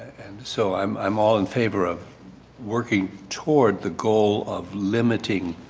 so i am all in favor of working toward the goal of limiting